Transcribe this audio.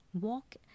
walk